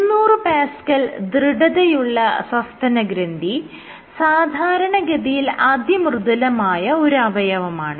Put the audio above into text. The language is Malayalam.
200Pa ദൃഢതയുള്ള സസ്തനഗ്രന്ഥി സാധാരണഗതിയിൽ അതിമൃദുലമായ ഒരവയവമാണ്